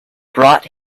brought